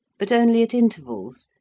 but only at intervals,